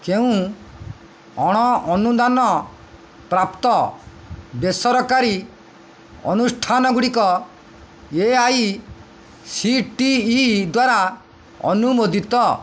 କେଉଁ ଅଣ ଅନୁଦାନ ପ୍ରାପ୍ତ ବେସରକାରୀ ଅନୁଷ୍ଠାନ ଗୁଡ଼ିକ A I C T E ଦ୍ଵାରା ଅନୁମୋଦିତ